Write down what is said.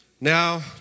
Now